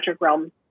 realm